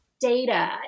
data